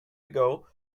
ago